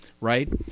right